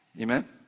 Amen